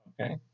Okay